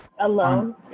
Alone